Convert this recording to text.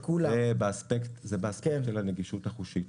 זה באספקט של הנגישות החושית.